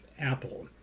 Apple